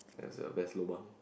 that's a best lobang